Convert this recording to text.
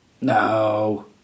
No